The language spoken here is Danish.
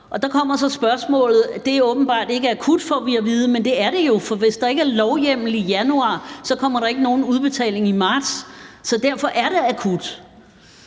så kommer spørgsmålet. Det er åbenbart ikke akut, får vi at vide, men det er det jo, for hvis der ikke er lovhjemmel i januar, kommer der ikke nogen udbetaling i marts, så derfor er det akut.